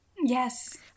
Yes